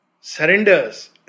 surrenders